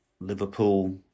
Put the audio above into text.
Liverpool